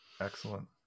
Excellent